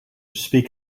speak